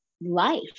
life